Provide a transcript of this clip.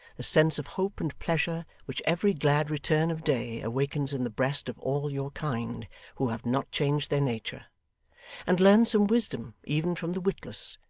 the sense of hope and pleasure which every glad return of day awakens in the breast of all your kind who have not changed their nature and learn some wisdom even from the witless,